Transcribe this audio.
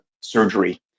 surgery